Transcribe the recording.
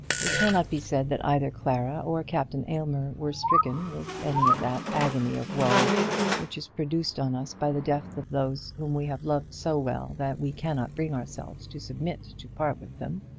it cannot be said that either clara or captain aylmer were stricken with any of that agony of woe which is produced on us by the death of those whom we have loved so well that we cannot bring ourselves to submit to part with them.